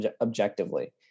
objectively